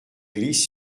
glisse